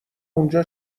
اونجا